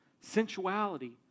sensuality